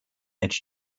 edge